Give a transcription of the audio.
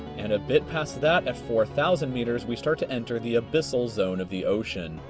and a bit past that at four thousand meters, we start to enter the abyssal zone of the ocean.